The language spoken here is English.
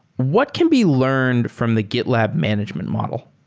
what can be learned from the gitlab management model?